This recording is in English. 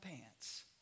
pants